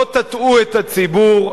לא תטעו את הציבור,